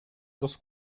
los